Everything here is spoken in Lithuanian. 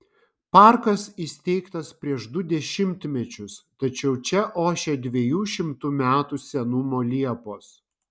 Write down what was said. parkas įsteigtas prieš du dešimtmečius tačiau čia ošia dviejų šimtų metų senumo liepos